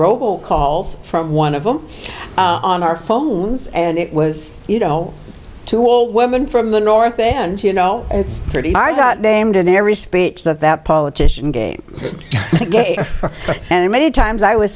robo calls from one of them on our phones and it was you know to all women from the north end you know it's pretty i got named in every speech that that politician game and many times i was